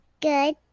Good